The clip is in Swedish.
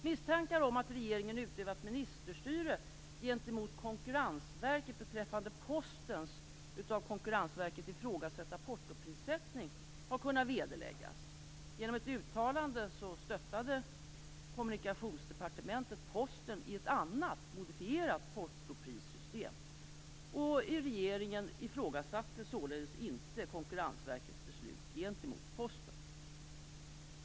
Misstankar om att regeringen har utövat ministerstyre gentemot Konkurrensverket beträffande Postens av Konkurrensverket ifrågsatta portoprissättning har kunnat vederläggas. Genom ett uttalande stöttade Kommunikationsdepartementet Posten i ett annat, modifierat portoprissystem. Regeringen ifrågasatte således inte Konkurrensverkets beslut gentemot Posten.